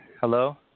Hello